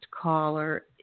caller